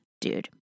dude